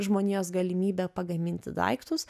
žmonijos galimybė pagaminti daiktus